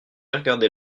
regarder